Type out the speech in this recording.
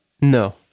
No